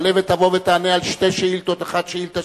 תעלה ותבוא ותענה על שתי שאילתות: האחת שאילתא